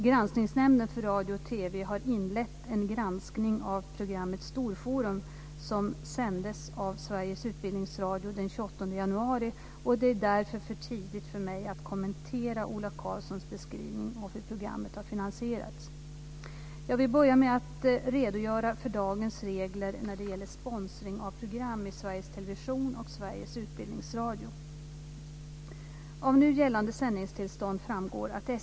Granskningsnämnden för radio och TV har inlett en granskning av programmet Storforum som sändes av Sveriges Utbildningsradio den 28 januari, och det är därför för tidigt för mig att kommentera Ola Karlssons beskrivning av hur programmet har finansierats. Jag vill börja med att redogöra för dagens regler när det gäller sponsring av program i Sveriges Television, SVT, och Sveriges Utbildningsradio, UR.